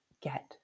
get